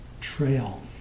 trail